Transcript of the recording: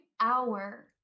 hour